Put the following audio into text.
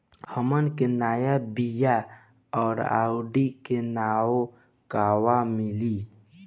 हमन के नया बीया आउरडिभी के नाव कहवा मीली?